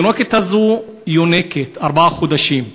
התינוקת הזאת יונקת, בת ארבעה חודשים.